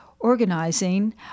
organizing